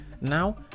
now